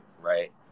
right